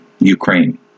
Ukraine